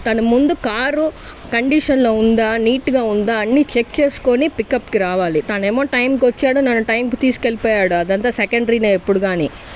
తన ముందు కారు కండిషన్లో ఉందా నీట్గా ఉందా అన్ని చెక్ చేసుకొని పికప్కి రావాలి తానేమో టైంకు వచ్చాడు నన్ను టైంకి తీసుకువెళ్లిపోయాడు అదంతా సెకండరీనే ఎప్పుడు గాని